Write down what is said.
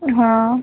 हा